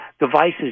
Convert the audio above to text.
devices